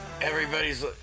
everybody's